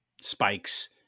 spikes